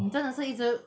你真的是一直